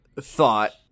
thought